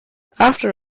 after